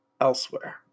elsewhere